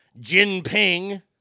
Jinping